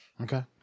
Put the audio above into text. Okay